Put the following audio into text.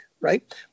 Right